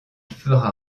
fera